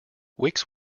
wicks